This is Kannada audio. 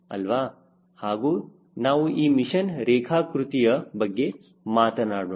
ಅಲ್ವಾ ಹಾಗೂ ನಾವು ಈ ಮಿಷಿನ್ ರೇಖಾಕೃತಿಯ ಬಗ್ಗೆ ಮಾತನಾಡೋಣ